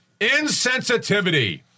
Insensitivity